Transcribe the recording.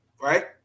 right